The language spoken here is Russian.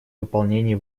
выполнении